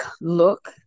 look